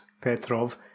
Petrov